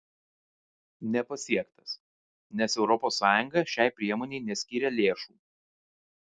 nepasiektas nes europos sąjunga šiai priemonei neskyrė lėšų